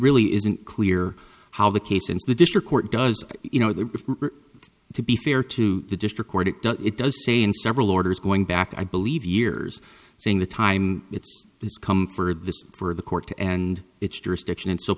really isn't clear how the case since the district court does you know there to be fair to the district court it does it does say and several orders going back i believe years saying the time it's is come for this for the court and